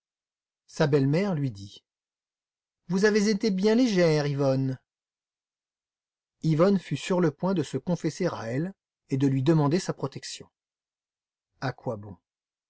sa belle-mère lui dit vous avez été bien légère yvonne yvonne fut sur le point de se confesser à elle et de lui demander sa protection à quoi bon